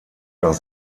nach